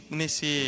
nesse